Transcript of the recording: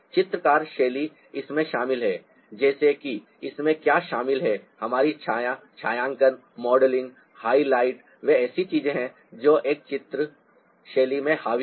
चित्रकार शैली इसमें शामिल है जैसे कि इसमें क्या शामिल है हमारी छाया छायांकन मॉडलिंग हाइलाइट वे ऐसी चीजें हैं जो एक चित्र शैली में हावी हैं